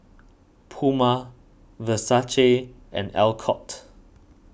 Puma Versace and Alcott